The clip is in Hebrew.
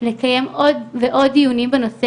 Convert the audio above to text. לקיים עוד ועוד דיונים בנושא,